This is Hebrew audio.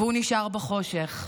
והוא נשאר בחושך.